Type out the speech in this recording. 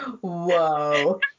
whoa